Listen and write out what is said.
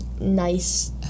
nice